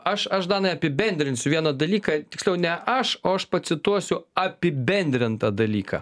aš aš danai apibendrinsiu vieną dalyką tiksliau ne aš o aš pacituosiu apibendrintą dalyką